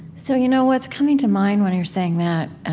so you know what's coming to mind when you're saying that